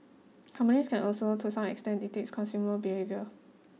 companies can also to some extent dictate consumer behaviour